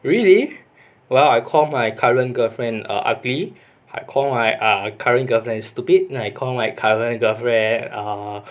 really well I call my current girlfriend uh ugly I call my current girlfriend stupid and I call my current girlfriend err